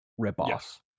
ripoff